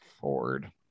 Ford